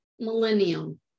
millennium